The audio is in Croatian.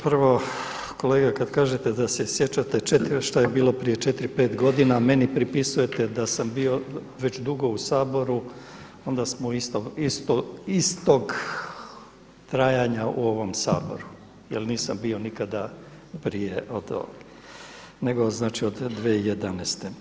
Prvo kolega kada kažete da se sjećate što je bilo prije 4, 5 godina, meni pripisujete da sam bio već dugo u Saboru onda smo istog trajanja u ovom Saboru jer nisam bio nikada prije, nego znači od 2011.